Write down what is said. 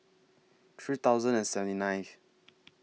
three thousand and seventy ninth